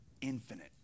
infinite